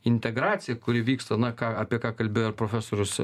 integracija kuri vyksta na ką apie ką kalbėjo ir profesorius